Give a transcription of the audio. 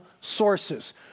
sources